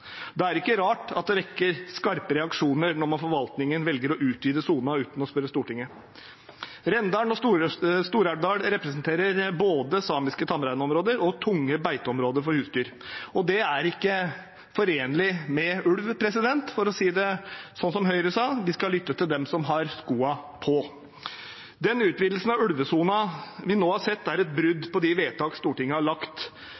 er det ikke rart at det vekker skarpe reaksjoner når forvaltningen velger å utvide sonen uten å spørre Stortinget. Rendalen og Stor-Elvdal representerer både samiske tamreinområder og tunge beiteområder for husdyr, og det er ikke forenlig med ulv. For å si det som Høyre sa: Vi skal lytte til dem som har skoa på. Den utvidelsen av ulvesonen vi nå har sett, er et